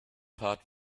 part